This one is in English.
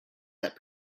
that